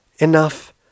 Enough